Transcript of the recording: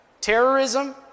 terrorism